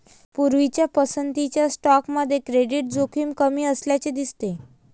पूर्वीच्या पसंतीच्या स्टॉकमध्ये क्रेडिट जोखीम कमी असल्याचे दिसते